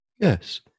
Yes